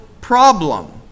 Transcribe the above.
problem